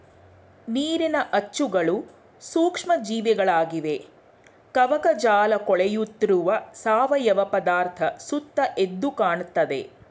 ನೀರಿನ ಅಚ್ಚುಗಳು ಸೂಕ್ಷ್ಮ ಜೀವಿಗಳಾಗಿವೆ ಕವಕಜಾಲಕೊಳೆಯುತ್ತಿರುವ ಸಾವಯವ ಪದಾರ್ಥ ಸುತ್ತ ಎದ್ದುಕಾಣ್ತದೆ